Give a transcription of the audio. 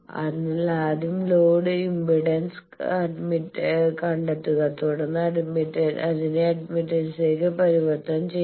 അതിനാൽ ആദ്യം load impedance കണ്ടെത്തുക തുടർന്ന് അതിനെ അഡ്മിറ്റൻസിലേക്ക് പരിവർത്തനം ചെയ്യുക